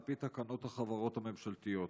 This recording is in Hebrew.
על פי תקנות החברות הממשלתיות,